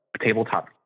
tabletop